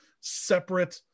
separate